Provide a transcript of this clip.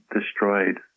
destroyed